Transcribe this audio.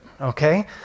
okay